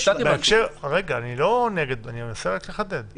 צריך לתת אבל גמישות פעולה לממשלה.